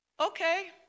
Okay